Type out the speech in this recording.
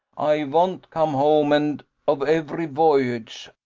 ay vant come home end of every voyage.